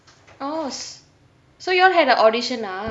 oh so you all had a audition ah